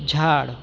झाड